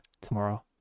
tomorrow